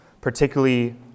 particularly